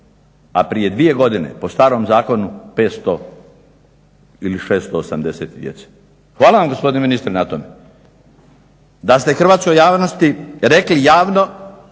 a prije dvije godine po starom zakonu 500 ili 680 djece. Hvala vam gospodine ministre na tome! Da ste hrvatskoj javnosti rekli javno